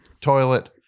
toilet